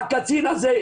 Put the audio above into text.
הקצין הזה,